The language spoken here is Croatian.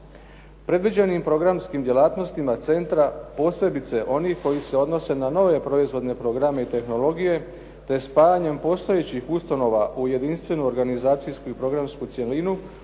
Predviđenim programskim djelatnostima centra posebice oni koji se odnose na nove proizvodne programe i tehnologije te spajanjem postojećih ustanova u jedinstvenu organizacijsku i programsku cjelinu